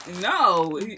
No